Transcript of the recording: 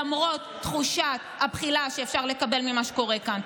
למרות תחושת הבחילה שאפשר לקבל ממה שקורה כאן.